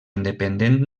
independent